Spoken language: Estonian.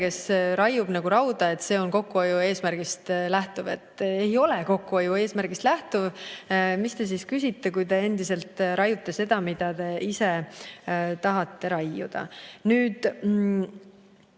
kes raiub nagu rauda, et see on kokkuhoiu eesmärgist lähtuv. Ei ole kokkuhoiu eesmärgist lähtuv. Mis te siis küsite, kui te endiselt raiute seda, mida te ise tahate raiuda? Nüüd,